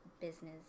business